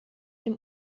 dem